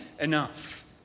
enough